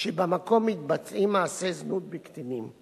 שבמקום מתבצעים מעשי זנות בקטינים.